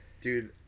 dude